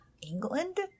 England